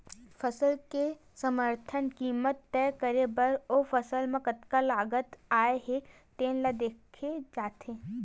फसल के समरथन कीमत तय करे बर ओ फसल म कतका लागत आए हे तेन ल देखे जाथे